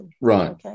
Right